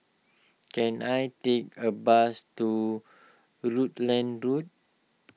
can I take a bus to Rutland Road